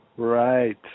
Right